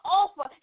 offer